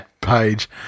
page